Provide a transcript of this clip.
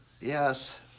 yes